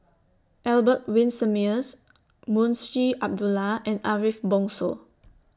Albert Winsemius Munshi Abdullah and Ariff Bongso